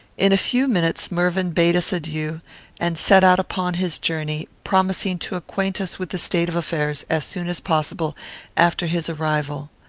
in a few minutes mervyn bade us adieu, and set out upon his journey, promising to acquaint us with the state of affairs as soon as possible after his arrival.